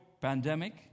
pandemic